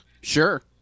sure